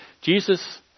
Jesus